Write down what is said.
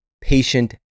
patient